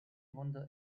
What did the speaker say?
wonder